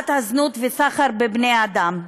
בתופעת הזנות והסחר בבני-אדם.